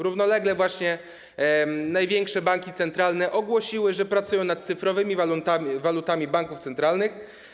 Równolegle właśnie największe banki centralne ogłosiły, że pracują nad cyfrowymi walutami banków centralnych.